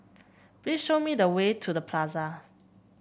please show me the way to The Plaza